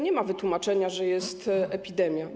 Nie ma wytłumaczenia, że jest epidemia.